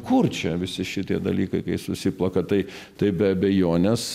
kur čia visi šitie dalykai kai susiplaka tai taip be abejonės